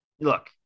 look